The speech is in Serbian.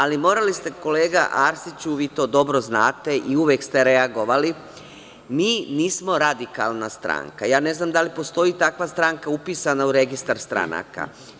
Ali morali ste, kolega Arsiću, vi to dobro znate i uvek ste reagovali, mi nismo radikalna stranka, ne znam da li postoji takva stranka upisana u registar stranaka.